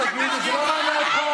אני אוהב, מרגי,